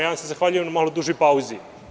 Ja vam se zahvaljujem na malo dužoj pauzi.